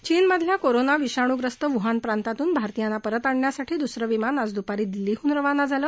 चीन मधल्या कोरोना विषाणू ग्रस्त वुहान प्रांतातून भारतीयांना परत आणण्यासाठी दुसरं विमान आज द्पारी दिल्लीतून रवाना झालं